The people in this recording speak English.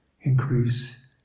increase